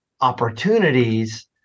opportunities